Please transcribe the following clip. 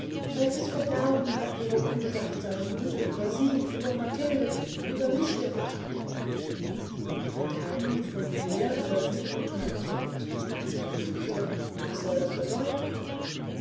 welches verderben hat ihre unbedachtsame güte über sie über matilde über mich gebracht verderben von mir über sie und mein kind fragte hippolite was soll das bedeuten